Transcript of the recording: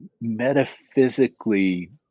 metaphysically